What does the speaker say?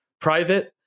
Private